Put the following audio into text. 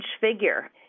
figure